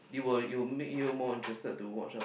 you will it will make you more interested to watch ah